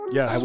Yes